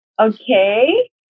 okay